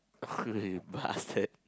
fuck you bastard